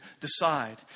decide